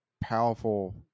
powerful